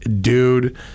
dude